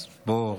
אז בוא,